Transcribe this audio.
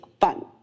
fun